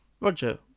Roger